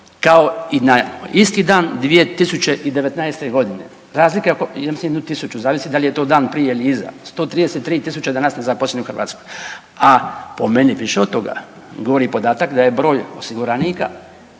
kao i na isti dan 2019. godine. Razlika je … /ne razumije se/ … zavisi da li je to dan prije ili iza. 133 tisuće danas je nezaposlenih u Hrvatskoj. A po meni više od toga govori podatak da je broj osiguranika,